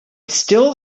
still